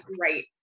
right